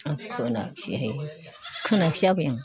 आं खोनायाखिसैहाय खोनायाखिसै आबै आं